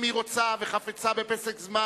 אם היא רוצה וחפצה בפסק-זמן,